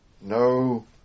no